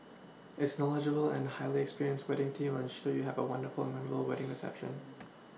its knowledgeable and highly experienced wedding team ensure you have a wonderful and memorable wedding reception